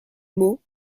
mot